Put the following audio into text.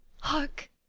Hark